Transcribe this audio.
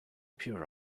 pure